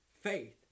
faith